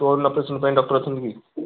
stone operation ପାଇଁ doctor ଅଛନ୍ତି କି